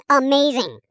amazing